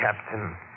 Captain